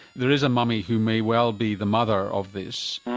there is a mummy who may well be the mother of this.